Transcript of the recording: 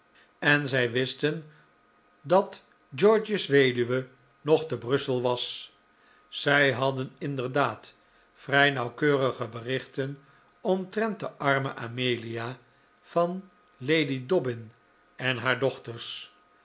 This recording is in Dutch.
en zij wist en dat george's weduwe nog te brussel was zij hadden inderdaad vrij nauwkeurige berichten omtrent de arme amelia van lady dobbin en haar dochters